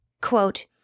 quote